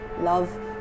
love